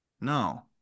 No